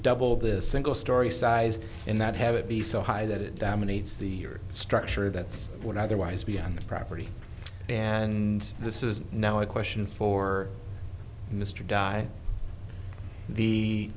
double the single storey size and not have it be so high that it dominates the structure that's what otherwise be on the property and this is now a question for mr di the